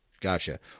Gotcha